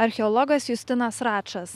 archeologas justinas račas